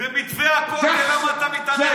במתווה הכותל, למה אתה מתערב?